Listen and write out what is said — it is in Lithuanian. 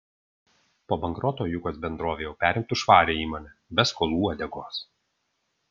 po bankroto jukos bendrovė jau perimtų švarią įmonę be skolų uodegos